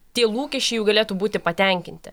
tie lūkesčiai jų galėtų būti patenkinti